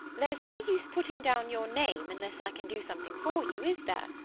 there's no use putting down your name unless i can do something for you, is there?